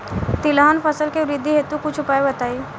तिलहन फसल के वृद्धि हेतु कुछ उपाय बताई?